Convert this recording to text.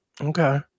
Okay